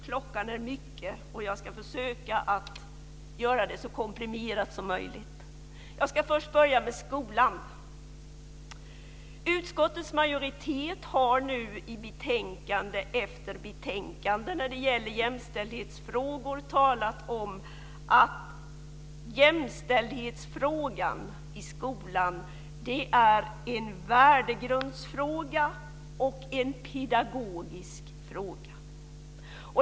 Klockan är mycket, och jag ska försöka att göra det så komprimerat som möjligt. Jag ska börja med skolan. Utskottets majoritet har nu i betänkande efter betänkande när det gäller jämställdhetsfrågor talat om att jämställdhetsfrågan i skolan är en värdegrundsfråga och en pedagogisk fråga.